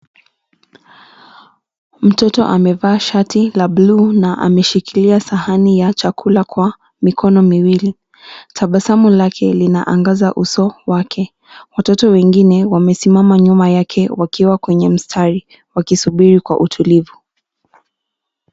Mtoto amevaa shati la blue na ameshikilia sahani ya chakula kwa mikono miwili. Tabasamu lake linaangaza uso wake. Watoto wengine wamesimama nyuma yake wakiwa kwenye mstari, wakisubiri kwa utulivu.